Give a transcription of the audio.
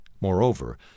Moreover